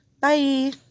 Bye